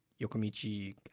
Yokomichi